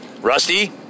Rusty